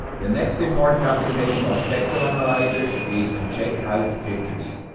the next important application of spectrum analyzers is to check out filters.